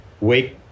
wake